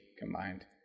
combined